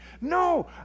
No